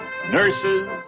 Nurses